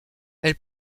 elle